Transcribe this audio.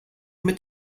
mit